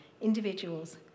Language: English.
Individuals